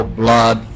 blood